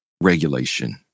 regulation